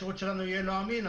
השירות שלנו יהיה לא אמין.